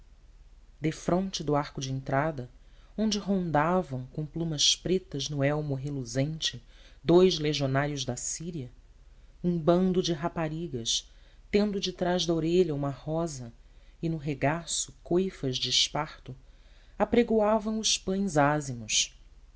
defronte do arco de entrada onde rondavam com plumas pretas no elmo reluzente dous legionários da síria um bando de raparigas tendo detrás da orelha uma rosa e no regaço coifas de esparto apregoavam os pães ázimos